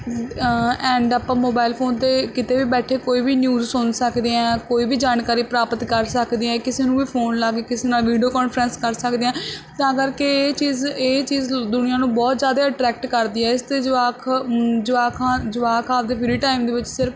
and ਆਪਾਂ mobile phone 'ਤੇ ਕਿਤੇ ਵੀ ਬੈਠੇ ਕੋਈ ਵੀ ਨਿਊਜ਼ ਸੁਣ ਸਕਦੇ ਹਾਂ ਕੋਈ ਵੀ ਜਾਣਕਾਰੀ ਪ੍ਰਾਪਤ ਕਰ ਸਕਦੇ ਹਾਂ ਕਿਸੇ ਨੂੰ ਵੀ ਫੋਨ ਲਾ ਕੇ ਕਿਸੇ ਨਾਲ ਵੀਡੀਓ ਕਾਨਫਰੰਸ ਕਰ ਸਕਦੇ ਹਾਂ ਤਾਂ ਕਰਕੇ ਇਹ ਚੀਜ਼ ਇਹ ਚੀਜ਼ ਦੁਨੀਆਂ ਨੂੰ ਬਹੁਤ ਜ਼ਿਆਦਾ ਅਟਰੈਕਟ ਕਰਦੀ ਹੈ ਇਸ 'ਤੇ ਜਵਾਕ ਜਵਾਕ ਜਵਾਕ ਆਪਦੇ ਫਰੀ ਟਾਈਮ ਦੇ ਵਿੱਚ ਸਿਰਫ